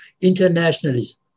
internationalism